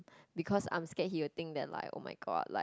because I'm scared he will think that like oh-my-god like